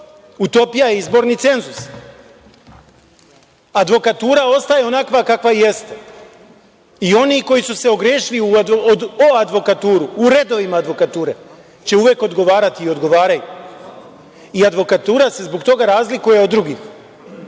Utopija je izborni cenzus. Advokatura ostaje onakva kakva jeste. I oni koji su se ogrešili o advokaturu u redovima advokature će uvek odgovarati i odgovaraju. I advokatura se zbog toga razlikuje od drugih.A